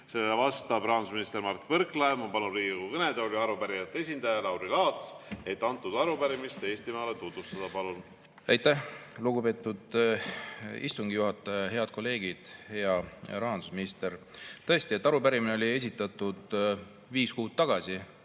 Sellele vastab rahandusminister Mart Võrklaev. Ma palun Riigikogu kõnetooli arupärijate esindaja Lauri Laatsi, et arupärimist Eestimaale tutvustada. Palun! Lugupeetud istungi juhataja! Head kolleegid! Hea rahandusminister! Tõesti, arupärimine oli esitatud viis kuud tagasi.